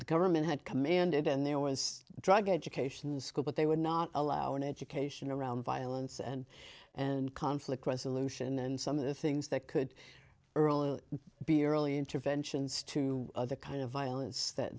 the government had commanded and there was drug education in school but they would not allow an education around violence and and conflict resolution and some of the things that could be early interventions to the kind of violence that